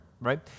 right